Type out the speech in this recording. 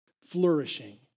flourishing